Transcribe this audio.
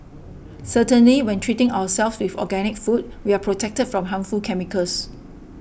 certainly when treating ourselves with organic food we are protected from harmful chemicals